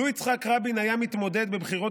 לו יצחק רבין היה מתמודד בבחירות